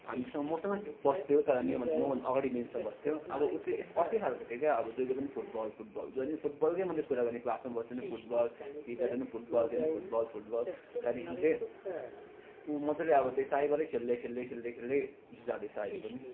हामीसँग मसँग बस्थ्यो तर मेरोभन्दा मभन्दा अगाडि बेन्चमा बस्थ्यो अब उ चाहिँ एस् अर्कै खालको थियो क्या अब जहिले पनि फुटबल फुटबल जहिले पनि फुटबलकै मात्रै कुरा गर्ने क्लासमा बस्दा नि फुटबल केही गर्दा नि फुटबल डेल्ली फुटबल फुटबल त्यहाँदेखि चाहिँ उ मज्जाले अब त्यही साईबाटै खेल्दै खेल्दै खेल्दै खेल्दै जाँदैछ अहिले पनि